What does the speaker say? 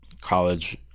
college